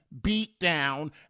beatdown